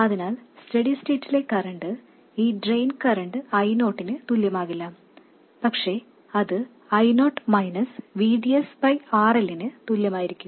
അതിനാൽ സ്റ്റേഡി സ്റ്റേറ്റിലെ കറൻറ് ഈ ഡ്രെയിൻ കറന്റ് I0ന് തുല്യമാകില്ല പക്ഷേ ഇത് I0 minus VDS by RL നു തുല്യമായിരിക്കും